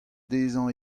dezhañ